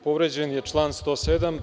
Povređen je član 107.